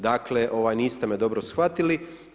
Dakle, niste me dobro shvatili.